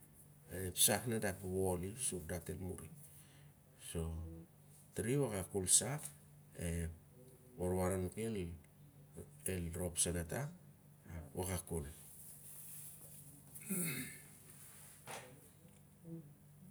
Ep sah dat wol i surdat el muri. Tare i waka kol sa warwar anak el rop sa gata, waka kol.